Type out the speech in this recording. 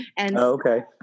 Okay